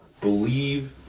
Believe